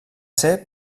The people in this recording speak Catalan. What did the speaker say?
ser